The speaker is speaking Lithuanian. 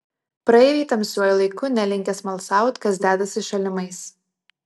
praeiviai tamsiuoju laiku nelinkę smalsaut kas dedasi šalimais